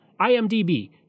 IMDB